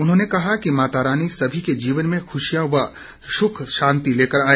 उन्होंने कहा कि माता रानी सभी के जीवन में खुशियां व सुख शांति लेकर आए